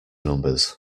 numbers